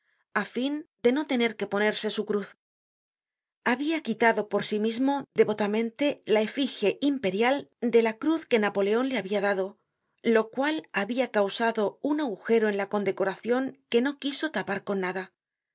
á fin de no tener que ponerse su cruz habia quitado por sí mismo devotamente la efigie imperial de la cruz que napoleon le habia dado lo nial habia causado un agujero en la condecoracion que no quiso tapar con nada